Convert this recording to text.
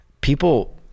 People